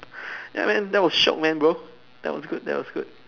ya man that was shiok man bro that was good that was good